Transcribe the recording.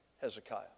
Hezekiah